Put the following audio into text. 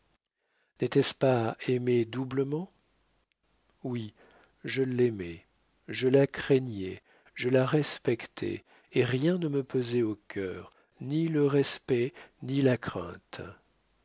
n'était ce pas aimer doublement oui je l'aimais je la craignais je la respectais et rien ne me pesait au cœur ni le respect ni la crainte